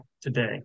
today